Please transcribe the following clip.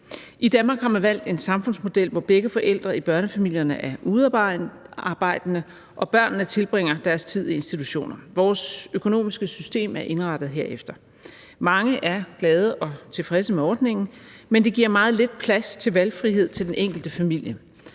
I Danmark har man valgt en samfundsmodel, hvor begge forældre i børnefamilierne er udarbejdende, og hvor børnene tilbringer deres tid i institutioner. Vores økonomiske system er indrettet herefter. Mange er glade for og tilfredse med ordningen, men det giver meget lidt plads til valgfrihed for den enkelte familie.